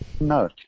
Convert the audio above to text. No